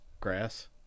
grass